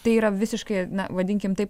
tai yra visiškai na vadinkim taip